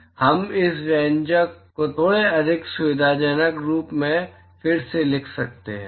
इसलिए हम इस व्यंजक को थोड़े अधिक सुविधाजनक रूप में फिर से लिख सकते हैं